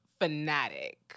fanatic